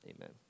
Amen